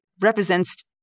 represents